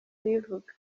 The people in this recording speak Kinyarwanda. wivuga